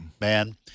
man